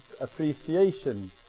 appreciation